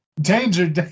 danger